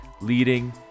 leading